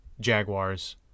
Jaguars